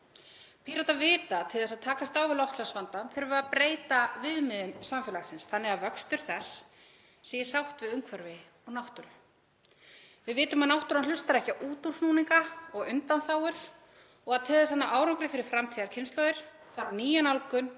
Píratar vita að til þess að takast á við loftslagsvandann þurfum við að breyta viðmiðum samfélagsins þannig að vöxtur þess sé í sátt við umhverfi og náttúru. Við vitum að náttúran hlustar ekki á útúrsnúninga og undanþágur og að til þess að ná árangri fyrir framtíðarkynslóðir þarf nýja nálgun